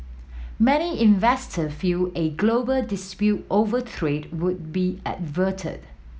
many investor feel a global dispute over trade would be averted